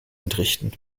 entrichten